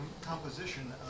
composition